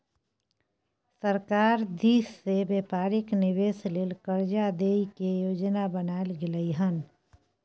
सरकार दिश से व्यापारिक निवेश लेल कर्जा दइ के योजना बनाएल गेलइ हन